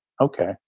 Okay